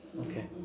Okay